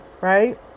right